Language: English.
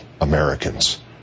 Americans